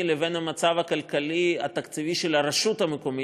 לבין המצב הכלכלי התקציבי של הרשות המקומית,